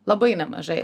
labai nemažai